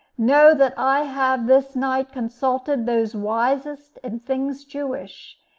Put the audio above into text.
know that i have this night consulted those wisest in things jewish,